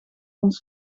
ons